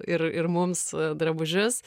ir ir mums drabužius